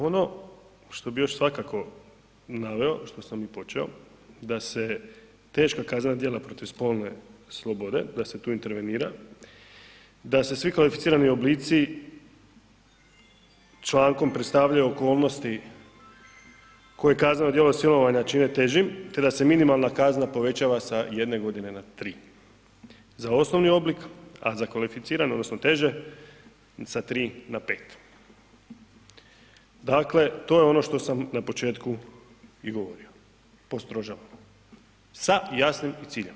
Ono što bih još svakako naveo što sam i počeo da se teška kaznena djela protiv spolne slobode da se tu intervenira, da se svi kvalificirani oblici člankom predstavljaju okolnosti koje kazneno djelo silovanja čine težim te da se minimalna kazna povećava sa jedne godine na tri za osnovni oblik, a za kvalificirano odnosno teže sa tri na pet, dakle to je ono što sam na početku i govorio postrožava sa jasnim ciljem.